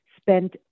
spent